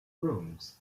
rooms